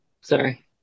sorry